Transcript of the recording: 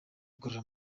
kugarura